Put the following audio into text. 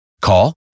Call